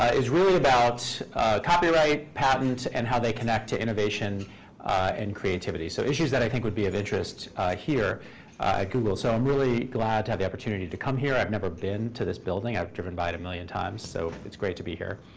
is really about copyright, patent, and how they connect to innovation and creativity, so issues that i think would be of interest here at google. so i'm really glad to have the opportunity to come here. i've never been to this building. i've driven by it a million times. so it's great to be here.